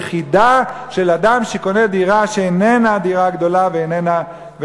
ויחידה של אדם שקונה דירה שאיננה דירה גדולה ואיננה,